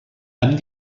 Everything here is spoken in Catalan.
amb